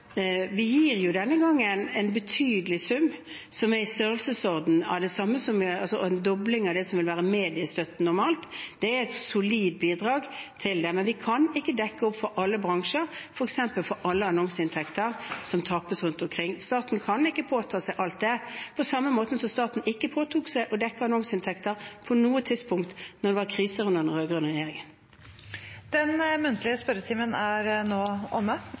vi gir denne gangen en betydelig sum som i størrelsesorden er en dobling av det som vil være mediestøtten normalt. Det er et solid bidrag til dem, men vi kan ikke dekke opp for alle bransjer, f.eks. for alle annonseinntekter som tapes rundt omkring. Staten kan ikke påta seg alt det, på samme måte som staten ikke påtok seg å dekke annonseinntektene på noe tidspunkt når det var kriser under den rød-grønne regjeringen. Den muntlige spørretimen er nå omme,